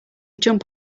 jump